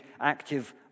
active